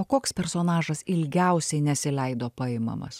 o koks personažas ilgiausiai nesileido paimamas